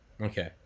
Okay